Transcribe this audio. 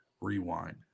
Rewind